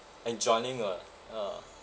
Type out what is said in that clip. and joining a ah